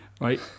right